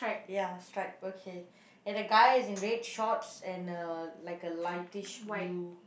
ya striped okay and the guy is in red shorts and uh like a lightish blue